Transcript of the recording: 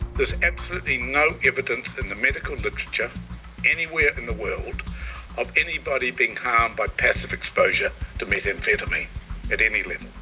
there's absolutely no evidence in the medical literature anywhere in the world of anybody being harmed by passive exposure to methamphetamine at any level.